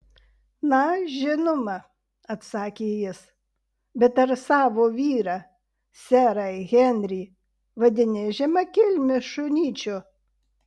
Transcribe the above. na žinoma atsakė jis bet ar savo vyrą serą henrį vadini žemakilmiu šunyčiu